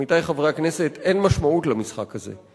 עמיתי חברי הכנסת, אין משמעות למשחק הזה.